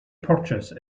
purchase